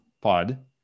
pod